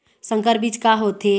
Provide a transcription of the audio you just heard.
संकर बीज का होथे?